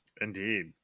Indeed